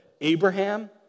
Abraham